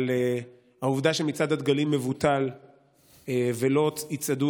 אבל העובדה שמצעד הדגלים מבוטל ולא יצעדו